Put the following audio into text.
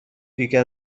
دیگه